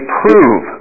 prove